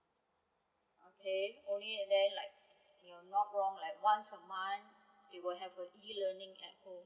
okay only and then if I'm not wrong like once a month you will have a E learning at home